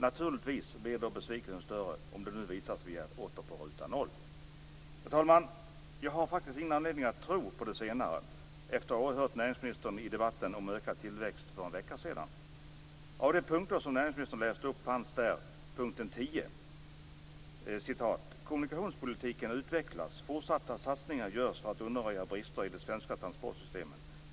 Naturligtvis blir besvikelsen då större om det nu visar sig att vi åter befinner oss på ruta noll. Fru talman! Jag har faktiskt ingen anledning att tro på det senare efter att ha hört näringsministern i debatten om ökad tillväxt för en vecka sedan. Av de punkter som näringsministern läste upp fanns bl.a. Kommunikationspolitiken utvecklas, och fortsatta satsningar görs för att undanröja brister i det svenska transportsystemet.